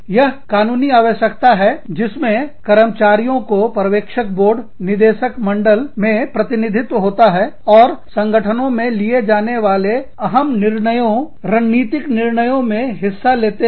यह कानूनी आवश्यकता है जिसमें कर्मचारियों को पर्यवेक्षक बोर्ड निदेशक मंडल प्रतिनिधित्व होता है और संगठनों में लिए जाने वाले अहम निर्णयों रणनीतिक निर्णयों में हिस्सा लेते हैं